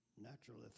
naturally